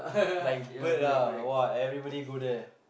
like bird ah !wah! everybody go there